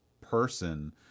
person